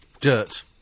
Dirt